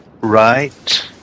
Right